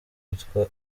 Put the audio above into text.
witwa